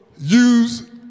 use